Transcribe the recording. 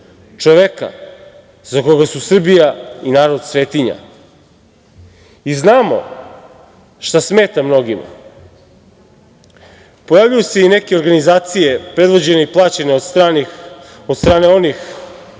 čoveka za koga su Srbija i narod svetinja. Znamo šta smeta mnogima. Pojavljuju se i neke organizacije, predvođene i plaćene od strane onih